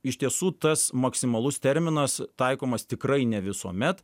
iš tiesų tas maksimalus terminas taikomas tikrai ne visuomet